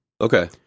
Okay